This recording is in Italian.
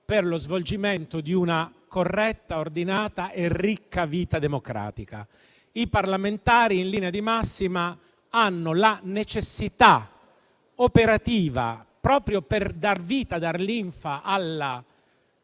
per lo svolgimento di una corretta, ordinata e ricca vita democratica. I parlamentari, in linea di massima, hanno la necessità operativa, proprio per dar vita e linfa alla